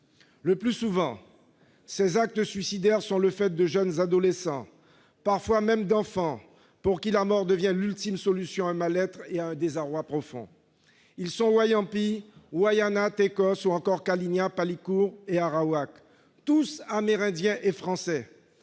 Le plus souvent, ces actes suicidaires sont le fait de jeunes adolescents, parfois même d'enfants, pour qui la mort devient l'ultime solution à un mal-être et à un désarroi profonds. Ils sont Wayampis, Wayanas, Tékos, ou encore Kali'na, Palikur et Arawack, tous Amérindiens et Français.